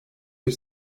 bir